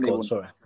Sorry